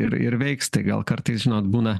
ir ir veiks tai gal kartais žinot būna